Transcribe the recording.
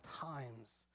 times